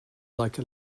like